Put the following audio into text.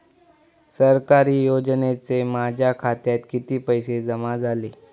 सरकारी योजनेचे माझ्या खात्यात किती पैसे जमा झाले?